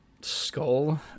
Skull